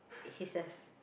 it hisses